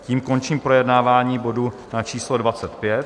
Tím končím projednávání bodu číslo 25.